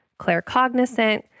claircognizant